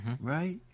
right